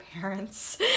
parents